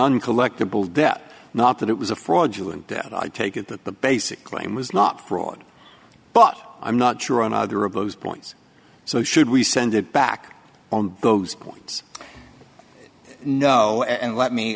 non collectable debt not that it was a fraudulent that i take it that the basic claim was not fraud but i'm not sure on either of those points so should we send it back on those points no and let me